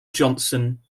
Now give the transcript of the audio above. johnson